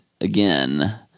again